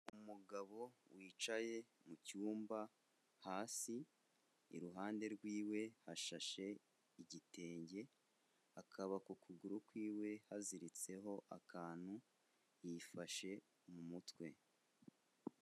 Umugabo wicaye mu cyumba hasi, iruhande rwiwe hashashe igitenge, akaba ku kuguru kwiwe haziritseho akantu, yifashe mu mutwe.